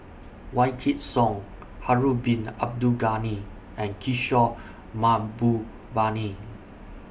Wykidd Song Harun Bin Abdul Ghani and Kishore Mahbubani